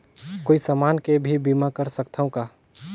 कोई समान के भी बीमा कर सकथव का?